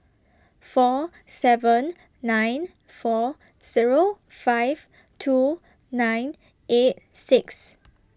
four seven nine four Zero five two nine eight six